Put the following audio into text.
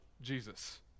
Jesus